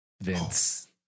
Vince